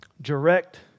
Direct